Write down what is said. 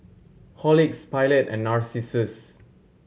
Horlicks Pilot and Narcissus